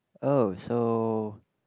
oh so